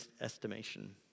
estimation